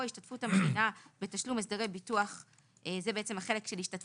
זה בעצם חלק שלא